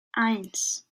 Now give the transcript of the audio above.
eins